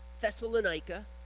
Thessalonica